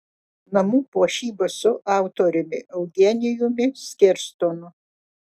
namų puošyba su autoriumi eugenijumi skerstonu